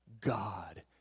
God